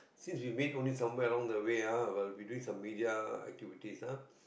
since you meet only somewhere along the way ah while we doing some media activities ah